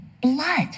blood